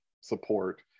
support